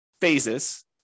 phases